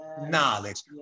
knowledge